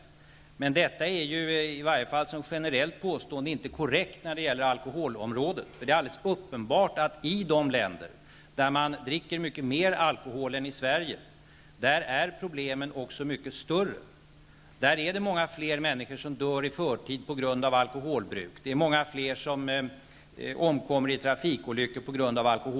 Detta är inte korrekt som generellt påstående, åtminstone inte när det gäller alkoholområdet. Det är alldeles uppenbart att problemen är mycket större i länder där man dricker mycket mer alkohol än i Sverige. Där är det många fler människor som dör i förtid på grund av alkoholbruk. Det är också många fler som omkommer i trafikolyckor på grund av alkoholbruk.